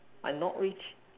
I'm not rich